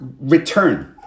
return